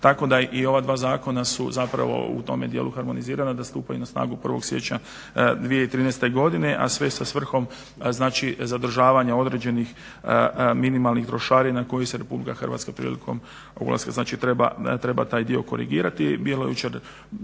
tako da i ova dva zakona su zapravo u tome dijelu harmonizirana da stupaju na snagu 1.siječnja 2013.godine, a sve sa svrhom zadržavanja određenih minimalnih trošarina kojih se Republika Hrvatska prilikom ulaska treba taj dio korigirati.